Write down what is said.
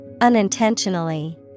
Unintentionally